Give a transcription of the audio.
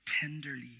tenderly